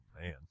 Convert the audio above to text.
man